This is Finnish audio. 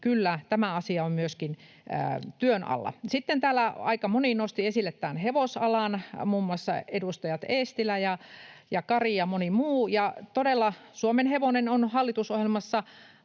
kyllä, tämä asia on myöskin työn alla. Sitten täällä aika moni nosti esille hevosalan, muun muassa edustajat Eestilä ja Kari ja moni muu. Todella suomenhevonen on hallitusohjelmassa